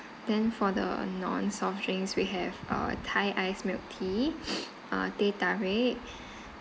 then for the non soft drinks we have uh thai iced milk tea uh teh tarik